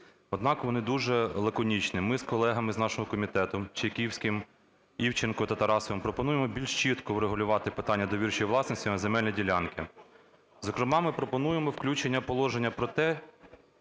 Однак вони дуже лаконічні, ми з колегами з нашого комітету Чайківським, Івченком та Тарасовим пропонуємо більш чітко врегулювати питання довірчої власності на земельні ділянки. Зокрема, ми пропонуємо включення положення про те,